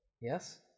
yes